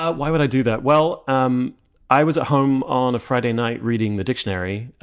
ah why would i do that? well, um i was at home on a friday night reading the dictionary,